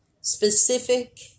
specific